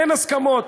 אין הסכמות,